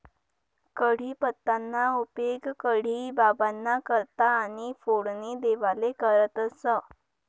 कढीपत्ताना उपेग कढी बाबांना करता आणि फोडणी देवाले करतंस